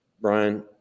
Brian